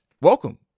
welcome